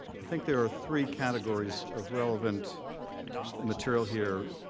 i think there are three categories of relevant material here.